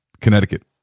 Connecticut